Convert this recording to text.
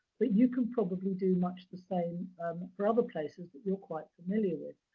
but you can probably do much the same um for other places that you're quite familiar with.